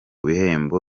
bihembo